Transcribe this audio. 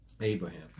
Abraham